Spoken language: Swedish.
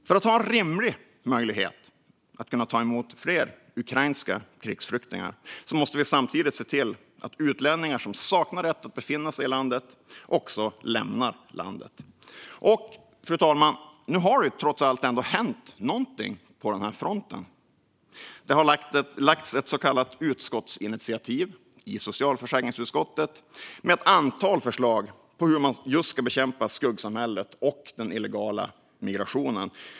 För att ha en rimlig möjlighet att ta emot fler ukrainska krigsflyktingar måste vi se till att utlänningar som saknar rätt att befinna sig i Sverige också lämnar landet. Fru talman! Nu har det trots allt ändå hänt någonting på den fronten. Det har i socialförsäkringsutskottet lagts fram ett förslag om ett så kallat utskottsinitiativ med ett antal förslag för hur man just ska bekämpa skuggsamhället och den illegala migrationen.